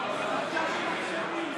הצבענו על הסתייגות 350. אני לא שומע את עצמי.